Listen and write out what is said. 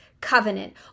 covenant